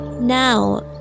Now